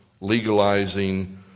legalizing